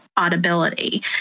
audibility